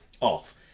off